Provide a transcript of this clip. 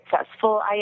successful